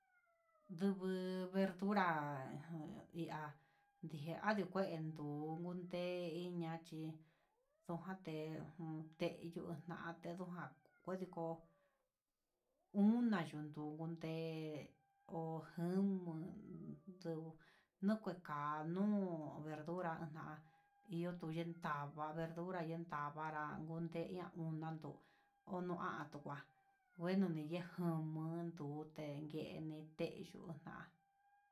Ndubu verdura ihá ndivadii kuento, kon onde iin ñachí jate teyuu jan nodiko una yun yunde'e ho jun mu'u, tu no kue ka'a nuu verdura na'a iho no yenta no yenta, avara unteyan nujandu o uan nduan tukan ngueno no yan ndun monguete ngueni té yugan.